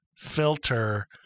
Filter